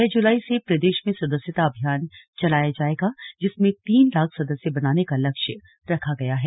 छह जुलाई से प्रदेष में सदस्यता अभियान चलाया जाएगा जिसमें तीन लाख सदस्य बनाने का लक्ष्य रखा गया है